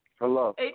Hello